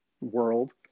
world